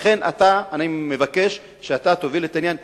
ולכן, אני מבקש שאתה תוביל את העניין.